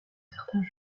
certains